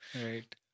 right